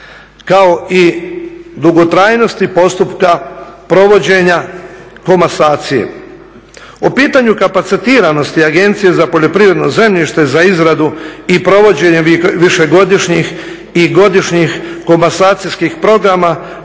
Kao i dugotrajnosti postupka provođenja komasacije. O pitanju kapacitiranosti Agencije za poljoprivredno zemljište za izradu i provođenje višegodišnjih i godišnjih komasacijskih programa,